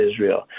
Israel